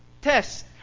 test